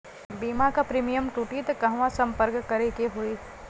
बीमा क प्रीमियम टूटी त कहवा सम्पर्क करें के होई?